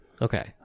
Okay